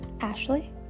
Ashley